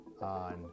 on